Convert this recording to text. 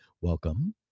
Welcome